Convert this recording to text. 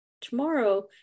tomorrow